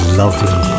lovely